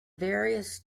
various